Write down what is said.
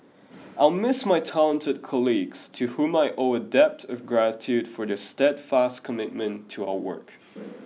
I'll miss my talented colleagues to whom I owe a debt of gratitude for their steadfast commitment to our work